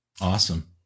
Awesome